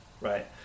right